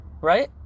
Right